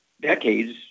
decades